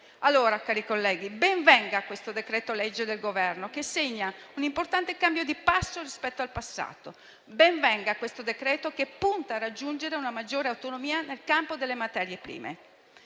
Allora, cari colleghi, ben venga questo decreto-legge del Governo che segna un importante cambio di passo rispetto al passato e punta a raggiungere una maggiore autonomia nel campo delle materie prime.